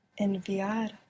Enviar